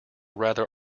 rather